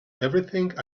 everything